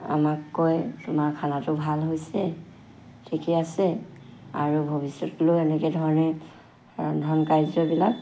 আমাক কয় তোমাৰ খানাটো ভাল হৈছে ঠিকেই আছে আৰু ভৱিষ্যতলৈ এনেকুৱা ধৰণে ৰন্ধন কাৰ্যবিলাক